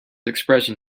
expression